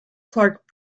clark